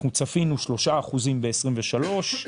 צפינו 3% ב-2023,